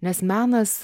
nes menas